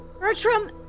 Bertram